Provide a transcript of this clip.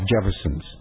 Jefferson's